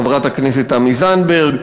חברת הכנסת תמי זנדברג,